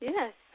Yes